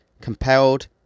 compelled